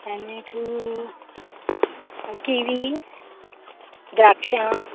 आनीक किवी द्राक्षां